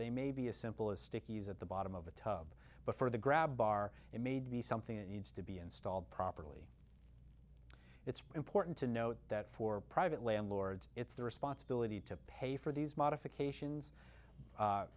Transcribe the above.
they may be as simple as stickies at the bottom of a tub but for the grab bar it made me something that needs to be installed properly it's important to note that for private landlords it's the responsibility to pay for these modifications